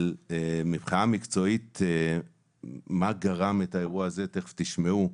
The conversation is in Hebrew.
מבחינה מקצועית, מה גרם לאירוע הזה, תכף תשמעו,